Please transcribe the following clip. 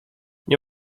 nie